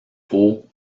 haut